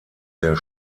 der